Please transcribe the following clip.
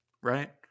Right